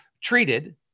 treated